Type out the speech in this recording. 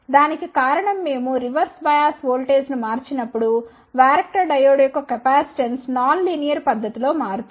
దానికి కారణం మేము రివర్స్ బయాస్ ఓల్టేజ్ను మార్చినప్పుడు వ్యారక్టర్ డయోడ్ యొక్క కెపాసిటెన్స్ నాన్ లీనియర్ పద్ధతి లో మారుతుంది